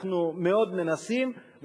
אנחנו מאוד מנסים,